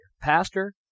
pastor